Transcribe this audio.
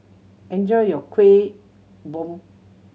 enjoy your Kueh Bom